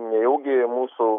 nejaugi mūsų